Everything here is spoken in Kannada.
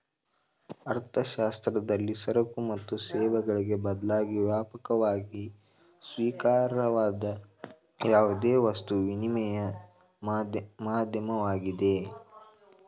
ಅರ್ಥಶಾಸ್ತ್ರದಲ್ಲಿ ಸರಕು ಮತ್ತು ಸೇವೆಗಳಿಗೆ ಬದಲಾಗಿ ವ್ಯಾಪಕವಾಗಿ ಸ್ವೀಕಾರಾರ್ಹವಾದ ಯಾವುದೇ ವಸ್ತು ವಿನಿಮಯ ಮಾಧ್ಯಮವಾಗಿದೆ